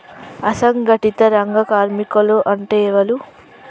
అసంఘటిత రంగ కార్మికులు అంటే ఎవలూ?